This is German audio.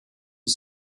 des